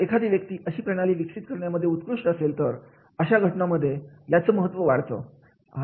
जर एखादी व्यक्ती अशी प्रणाली विकसित करण्यामध्ये उत्कृष्ट असेल तर अशा घटनांमध्ये याचं महत्त्व वाढत